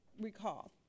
recall